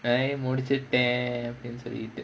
I முடிச்சிட்டேன் அப்டினு சொல்லிட்டு:mudichittaen apdinu sollittu